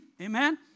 Amen